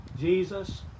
Jesus